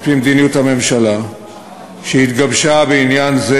על-פי מדיניות הממשלה שהתגבשה בעניין זה,